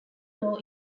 law